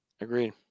Agreed